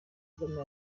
kagame